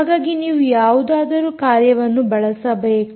ಹಾಗಾಗಿ ನೀವು ಯಾವುದಾದರೂ ಕಾರ್ಯವಿಧಾನವನ್ನು ಬಳಸಬೇಕು